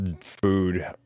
food